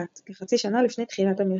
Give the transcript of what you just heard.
כחצי שנה לפני תחילת המלחמה.